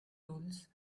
tools